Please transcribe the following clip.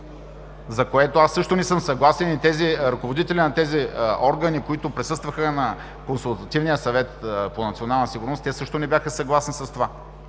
За това аз също не съм съгласен и тези ръководители на тези органи, които присъстваха на Консултативния съвет по национална сигурност, те също не бяха съгласни с това